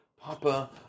Papa